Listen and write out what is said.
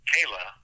Kayla